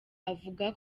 avuga